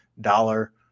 dollar